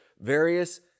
various